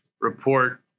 report